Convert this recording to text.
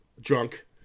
drunk